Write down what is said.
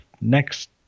next